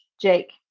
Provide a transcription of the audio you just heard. Jake